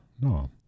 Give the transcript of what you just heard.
no